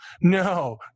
No